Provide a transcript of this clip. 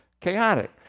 chaotic